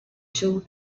two